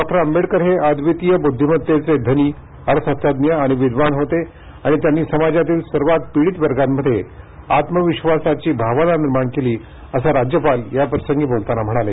doctor Ambedkar हे अद्वितीय बुद्धिमत्तेचे धनी अर्थतज्ज्ञ आणि विद्वान होते आणि त्यांनी समाजातील सर्वात पीडित वर्गांमध्ये आत्मविश्वासाची भावना निर्माण केली असं राज्यपाल याप्रसंगी बोलताना म्हणाले